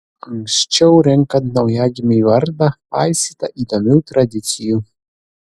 anksčiau renkant naujagimiui vardą paisyta įdomių tradicijų